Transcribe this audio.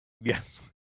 yes